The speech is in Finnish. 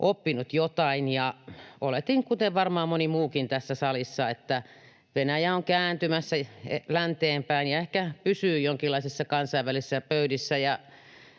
oppinut jotain, ja oletin, kuten varmaan moni muukin tässä salissa, että Venäjä on kääntymässä länteen päin ja ehkä pysyy jonkinlaisissa kansainvälisissä pöydissä